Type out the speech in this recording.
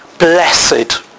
Blessed